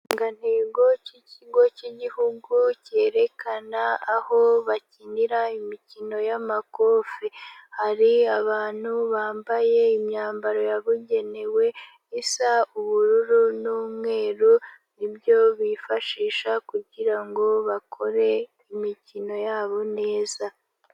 Ikirangantego cy'ikigo cy'igihugu cyerekana aho bakinira imikino y'amakofi. Hari abantu bambaye imyambaro yabugenewe isa ubururu n'umweru nibyo bifashisha kugirango bakore imikino yabo neza.